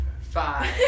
five